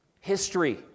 history